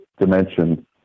dimension